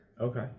Okay